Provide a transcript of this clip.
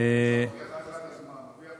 אפשר להצביע.